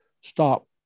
stop